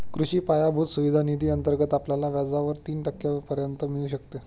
कृषी पायाभूत सुविधा निधी अंतर्गत आपल्याला व्याजावर तीन टक्क्यांपर्यंत मिळू शकते